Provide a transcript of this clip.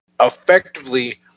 effectively